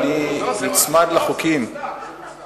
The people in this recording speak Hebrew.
למה לשלול מאתנו את תשובותיו של סגן השר?